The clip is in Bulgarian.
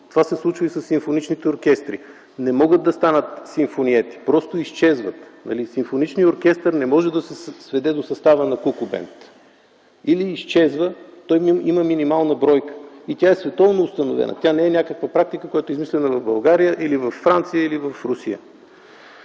Това се случва и със симфоничните оркестри – не могат да станат симфониети. Просто изчезват. Симфоничният оркестър не може да се сведе до състава на Ку-ку бенд. Той има минимална бройка и тя е световно установена. Тя не е някаква практика, която е измислена в България или във Франция, или в Русия.